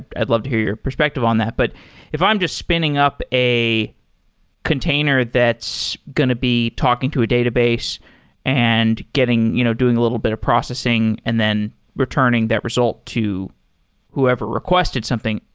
i'd love to hear your perspective on that. but if i'm just spinning up a container that's going to be talking to a database and you know doing a little bit of processing and then returning that result to whoever requested something,